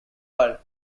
are